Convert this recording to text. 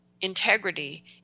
integrity